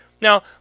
Now